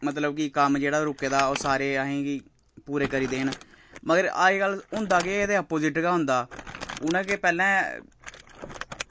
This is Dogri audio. मतलब कि कम्म जेह्ड़ा रुके दा ओह् सारे असेंगी पूरे करी देन मगर अजकल्ल होंदा केह् एह्दे अपोजिट गै होंदा उ'नें गै केह् पैह्लें